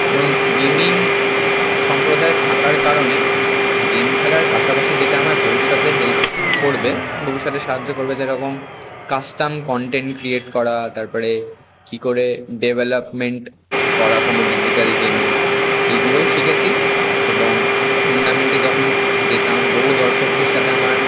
এবং গেমিং সম্প্রদায়ে থাকার কারণে গেম খেলার পাশাপাশি যেটা আমায় ভবিষ্যতে হেল্প করবে ভবিষ্যতে সাহায্য করবে যেরকম কাস্টাম কন্টেন্ট ক্রিয়েট করা তারপরে কী করে ডেভেলপমেন্ট করা কোনো ডিজিটাল গেমের এইগুলোও শিখেছি এবং টুর্নামেন্টে যখন যেতাম বহু দর্শকদের সাথে আমার